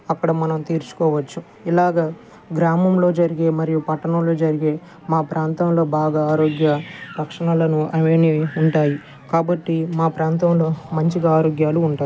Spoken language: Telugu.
అక్కడ మనం తీర్చుకోవచ్చు ఇలాగా గ్రామంలో జరిగే మరియు పట్టణంలో జరిగే మా ప్రాంతంలో బాగా ఆరోగ్య రక్షణలను అవన్నీ ఉంటాయి కాబట్టి మా ప్రాంతంలో మంచిగా ఆరోగ్యాలు ఉంటాయి